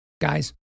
Guys